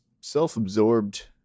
self-absorbed